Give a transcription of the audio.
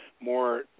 More